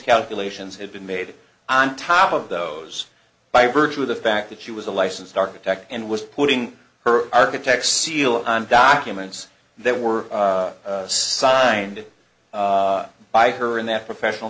calculations had been made on top of those by virtue of the fact that she was a licensed architect and was putting her architect seal on documents that were signed by her in that professional